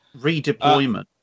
Redeployment